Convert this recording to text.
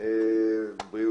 שבו